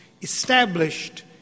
established